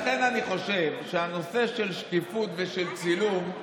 לכן, אני חושב שהנושא של שקיפות ושל צילום,